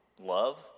love